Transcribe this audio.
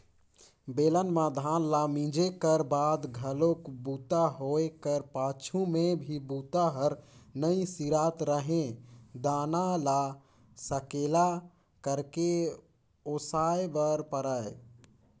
बेलन म धान ल मिंजे कर बाद घलोक बूता होए कर पाछू में भी बूता हर नइ सिरात रहें दाना ल सकेला करके ओसाय बर परय